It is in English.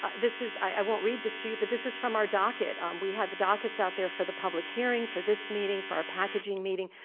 this is, i won't read this to you, but this is from our docket we have dockets out there for the public hearing, for this meeting, for our packaging meeting.